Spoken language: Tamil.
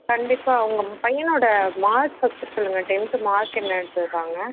கண்டிப்பாக உங்கள் பையனோட மார்க் ஃபஸ்ட்டு சொல்லுங்கள் டென்த்து மார்க் என்ன எடுத்திருக்காங்க